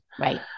Right